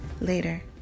Later